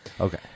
Okay